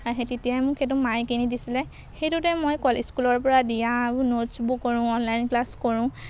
আৰু সেই তেতিয়া মোক সেইটো মায়ে কিনি দিছিলে সেইটোতে মই কলেজ স্কুলৰপৰা দিয়া আৰু ন'টছবোৰ কৰোঁ অনলাইন ক্লাছ কৰোঁ